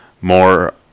more